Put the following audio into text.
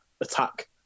attack